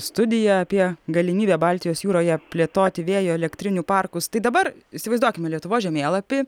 studiją apie galimybę baltijos jūroje plėtoti vėjo elektrinių parkus tai dabar įsivaizduokime lietuvos žemėlapį